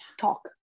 Talk